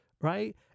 Right